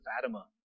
Fatima